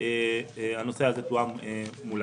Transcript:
הנושא הזה תואם מולם.